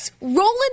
rolling